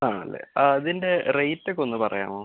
ആണല്ലേ ആ അതിൻ്റെ റേറ്റ് ഒക്കെ ഒന്ന് പറയാമോ